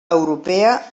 europea